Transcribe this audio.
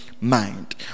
mind